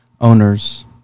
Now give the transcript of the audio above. owners